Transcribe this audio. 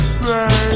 say